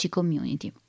Community